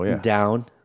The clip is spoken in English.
down